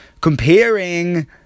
comparing